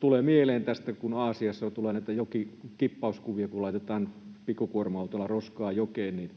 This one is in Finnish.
Tulee mieleen, kun Aasiasta tulee näitä jokeenkippauskuvia, kun laitetaan pikkukuorma-autolla roskaa jokeen, että